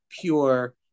pure